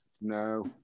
No